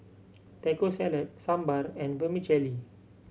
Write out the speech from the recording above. Taco Salad Sambar and Vermicelli